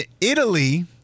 Italy